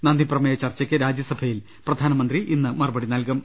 നന്ദിപ്രമേയ ചർച്ചക്ക് രാജ്യസഭയിൽ പ്രധാനമന്ത്രി ഇന്ന് മറുപടി നൽകും